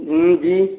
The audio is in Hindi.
जी